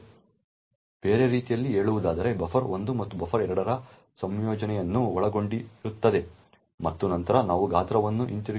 ಬೇರೆ ರೀತಿಯಲ್ಲಿ ಹೇಳುವುದಾದರೆ ಬಫರ್ 1 ಮತ್ತು ಬಫರ್ 2 ರ ಸಂಯೋಜನೆಯನ್ನು ಒಳಗೊಂಡಿರುತ್ತದೆ ಮತ್ತು ನಂತರ ನಾವು ಗಾತ್ರವನ್ನು ಹಿಂತಿರುಗಿಸುತ್ತೇವೆ